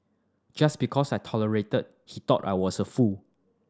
just because I tolerated he thought I was a fool